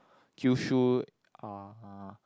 Kyushu uh